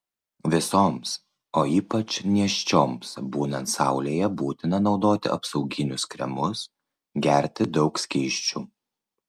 visoms o ypač nėščioms būnant saulėje būtina naudoti apsauginius kremus gerti daug skysčių